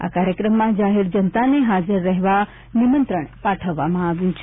આ કાર્યક્રમમાં જાહેર જનતાને હાજર રહેવા નિમંત્રણ પાઠવવામાં આવ્યું છે